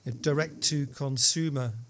direct-to-consumer